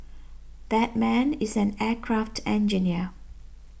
that man is an aircraft engineer